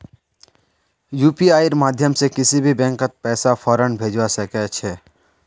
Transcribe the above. यूपीआईर माध्यम से किसी भी बैंकत पैसा फौरन भेजवा सके छे